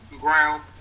ground